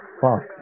fuck